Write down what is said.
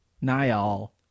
Niall